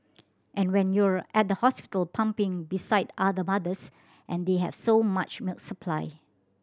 and when you're at the hospital pumping beside other mothers and they have so much milk supply